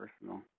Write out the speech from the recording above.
personal